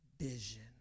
vision